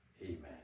Amen